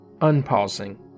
Unpausing